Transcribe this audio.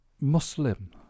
Muslim